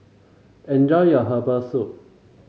enjoy your Herbal Soup